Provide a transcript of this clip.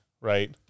right